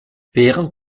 während